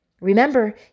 Remember